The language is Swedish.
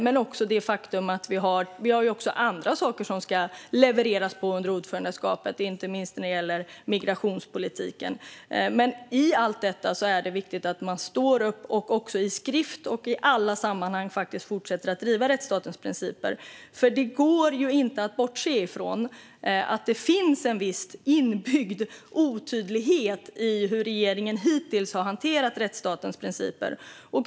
Men vi har också andra saker som det ska levereras på under ordförandeskapet. Det gäller inte minst migrationspolitiken. I allt detta är det viktigt att man står upp och i skrift och i alla sammanhang fortsätter att driva rättsstatens principer. Det går inte att bortse från att det finns en viss inbyggd otydlighet i hur regeringen hittills har hanterat rättsstatens principer.